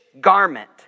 garment